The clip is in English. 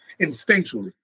instinctually